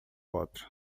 outro